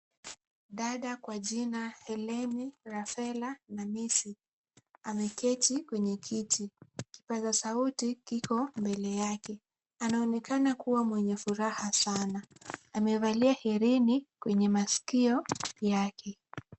Dada kwa jina Helene Rafaela Namisi ameketi kwenye kiti. Kipaza sauti kiko mbele yake. Anaonekana kuwa mwenye furaha sana. Amevalia hirini kwenye masikio yake.